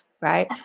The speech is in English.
right